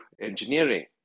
engineering